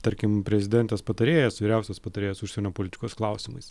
tarkim prezidentės patarėjas vyriausias patarėjas užsienio politikos klausimais